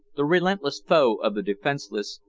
the relentless foe of the defenseless,